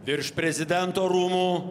virš prezidento rūmų